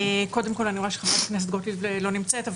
קודם כול, אני רואה שחברת הכנסת גוטליב לא נמצאת.